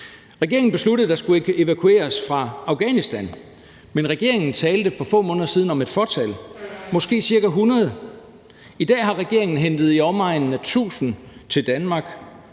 Regeringen besluttede, at der skulle evakueres fra Afghanistan, men regeringen talte for få måneder siden om et fåtal, måske cirka 100, og i dag har regeringen hentet i omegnen af 1.000 til Danmark,